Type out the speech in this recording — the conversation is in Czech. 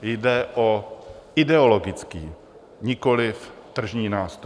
Jde o ideologický, nikoliv tržní nástroj.